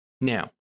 Now